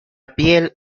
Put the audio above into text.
piel